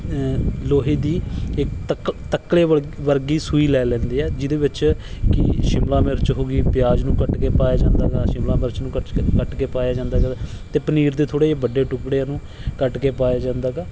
ਲੋਹੇ ਦੀ ਇਕ ਤੱਕ ਤੱਕਲੇ ਵਰ ਵਰਗੀ ਸੂਈ ਲੈ ਲੈਂਦੇ ਹਾਂ ਜਿਹਦੇ ਵਿੱਚ ਕਿ ਸ਼ਿਮਲਾ ਮਿਰਚ ਹੋ ਗਈ ਪਿਆਜ ਨੂੰ ਕੱਟ ਕੇ ਪਾਇਆ ਜਾਂਦਾ ਗਾ ਸ਼ਿਮਲਾ ਮਿਰਚ ਨੂੰ ਕੱਚ ਕੱਟ ਕੇ ਪਾਇਆ ਜਾਂਦਾ ਗਾ ਅਤੇ ਪਨੀਰ ਦੇ ਥੋੜ੍ਹੇ ਜਿਹੇ ਵੱਡੇ ਟੁਕੜਿਆਂ ਨੂੰ ਕੱਟ ਕੇ ਪਾਇਆ ਜਾਂਦਾ ਗਾ